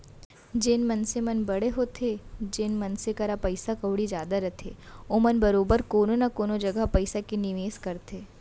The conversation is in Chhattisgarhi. जेन मनसे मन बड़े होथे जेन मनसे करा पइसा कउड़ी जादा रथे ओमन बरोबर कोनो न कोनो जघा पइसा के निवेस करथे